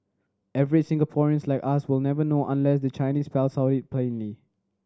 average Singaporeans like us will never know unless the Chinese spells out it plainly